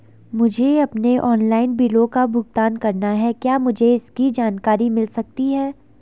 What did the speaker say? मुझे अपने ऑनलाइन बिलों का भुगतान करना है क्या मुझे इसकी जानकारी मिल सकती है?